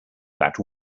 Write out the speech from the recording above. that